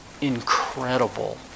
incredible